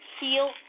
Heal